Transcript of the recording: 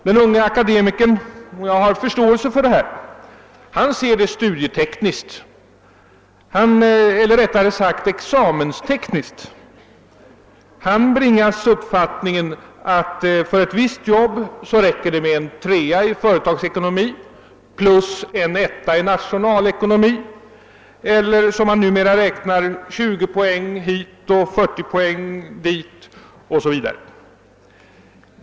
Den unge akademikern ser saken — och jag har förståelse därför — studietekniskt eller rättare sagt examenstekniskt. Han bibringas uppfattningen att för ett visst jobb räcker det med en trea i företagsekonomi plus en etta i nationalekonomi eller, som man numera räknar, 20 poäng hit, 40 dit osv.